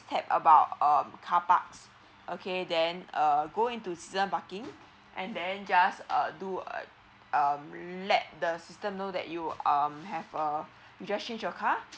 tap about uh car parks okay then uh go into season parking and then just uh do uh let the system know that you um have uh just change your car